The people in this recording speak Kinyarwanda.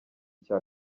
cya